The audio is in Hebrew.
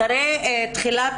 אחרי תחילת